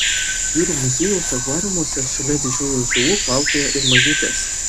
jūrų muziejaus akvariumuose šalia didžiųjų žuvų plaukioja ir mažytės